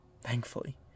thankfully